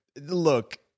Look